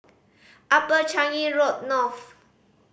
Upper Changi Road North